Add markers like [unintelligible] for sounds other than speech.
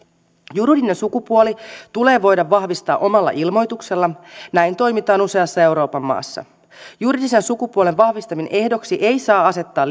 juridinen sukupuoli tulee voida vahvistaa omalla ilmoituksella näin toimitaan useassa euroopan maassa juridisen sukupuolen vahvistamisen ehdoksi ei saa asettaa [unintelligible]